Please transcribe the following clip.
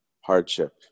hardship